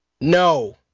No